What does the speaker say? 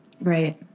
Right